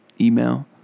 email